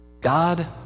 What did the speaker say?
God